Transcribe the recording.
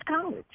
college